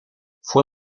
fue